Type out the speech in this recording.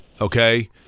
okay